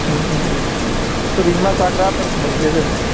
ओरैनो मा जाग्रा आदारखौ मोनजाया जों